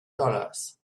dollars